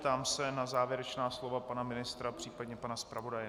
Ptám se na závěrečná slova pana ministra, případně pana zpravodaje.